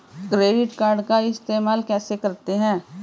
Credit card को इस्तेमाल कैसे करते हैं?